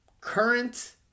current